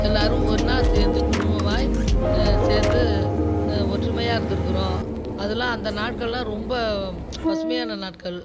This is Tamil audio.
எல்லோரும் ஒண்ணாக சேர்ந்து குடும்பமாய் சேர்ந்து ஒற்றுமையாக இருந்துருக்கிறோம் அதல்லாம் அந்த நாட்கள்லாம் ரொம்ப பசுமையான நாட்கள்